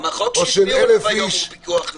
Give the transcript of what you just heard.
גם החוק שהצביעו עליו היום הוא פיקוח נפש.